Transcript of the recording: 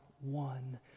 one